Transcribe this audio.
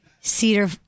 Cedar